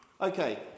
Okay